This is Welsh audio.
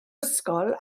ysgol